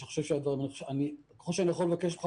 אני יכול לבקש ממך,